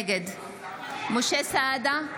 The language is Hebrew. נגד משה סעדה,